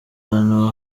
abantu